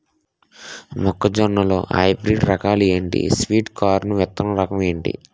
మొక్క జొన్న లో హైబ్రిడ్ రకాలు ఎంటి? స్వీట్ కార్న్ విత్తన రకం ఏంటి?